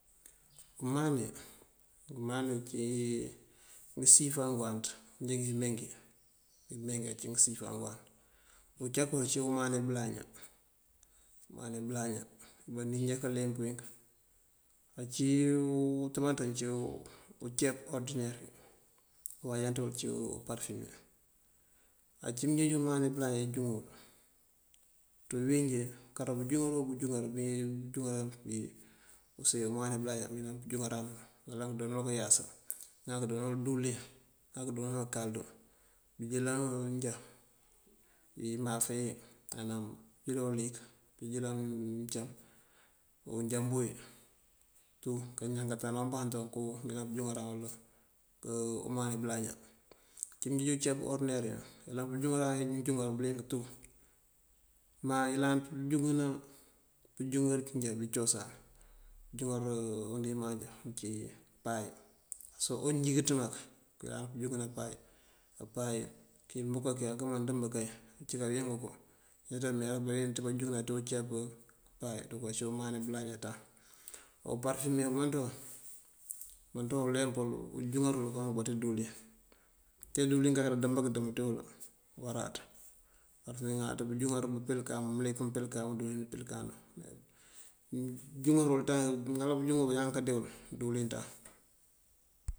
Umani, umani cí ngëësifa ngëëwanţ dí ngíimengi, ngíimengi ací ngëësifa ngëëwanţ. Ucak cíiwun umani bëlañan, umani bëlañan uwí báaninjá këëleemp uwíink. untëëbanţin ací uceep uwí káanţijee, uwanjáanţin cíiwun uparëfume. Ací mëënjeej umani bëlaña amëënjúŋëwël ţí bëëwínjí, kar bëënjúŋëwël bëënjúŋar bí, bëënjúŋar bí use umani bëlaña diwu wí doo bëënjúŋaran. Ŋal káadoona yása, mëëŋal këëndoonawël díwëlin, ŋal këëndoonawël káalëndu, bëënjëlan njá imáafeyi ná bëënjëlan uliyëk, bëënjëlan mëëncám, unjámbu wí tú, káañankatan ní umbantu koongun njá këënjúŋaranëwël umani bëlaña. Mëëncí mëënjeej unceep orëdiner wí, mëënyëlan pëënjúŋaran injúŋar bëëliyëng tú máa ayëlanţ pëënjúŋëna injúŋar injá cosáan. Injúŋar undiman injá uncí pay, sooki ñingíţëba këëŋal pëënjúŋan pay. Aà pay, ki búkáaki akëëma mdëëmb kay cí kawín bunkum, ineenţá awín ţí bánjúŋa ţí ceep pay aruka cí umani bëlañaţan. O parëfume umëënţun, umëënţun uleemp uwul bëënjur uwël búunkáanţú díwëlin tee díwëlin kak da dadëmba këdum dí uwël wuráaţ. Parëfume ŋaláaţ bëënjúŋar mëëmpel kaamun, mëlik mëëmpel kaamun. Bëënjúŋar tañ, ŋal ba káanjúŋëwël bañaan káandemël díwëlin tañ.